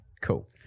Cool